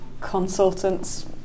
consultants